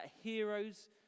heroes